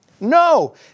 No